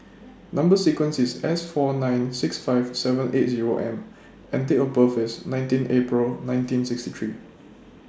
Number sequence IS S four nine six five seven eight Zero M and Date of birth IS nineteen April nineteen sixty three